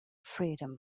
freedom